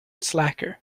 slacker